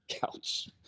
couch